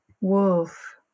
Wolf